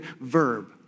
verb